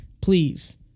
please